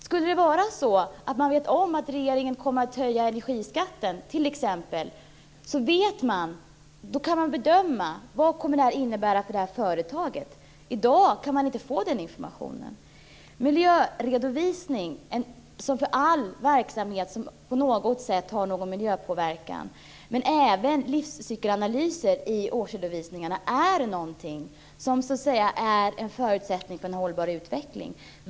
Skulle det vara så att man vet om att regeringen kommer att höja energiskatten kan man bedöma vad det kommer att innebära för företaget. I dag kan man inte få den informationen. Miljöredovisning, som all verksamhet som på något sätt har en miljöpåverkan och även livscykelanalyser i årsredovisningarna, är någonting som är en förutsättning för en hållbar utveckling.